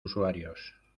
usuarios